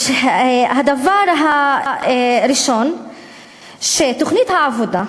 הדבר הראשון, שתוכנית העבודה,